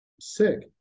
sick